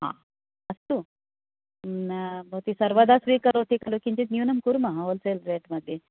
हा अस्तु भवति सर्वदा स्वीकरोति खलु किञ्चित् न्य़ूनं कुर्मः होल्सेल् प्रैस् मध्ये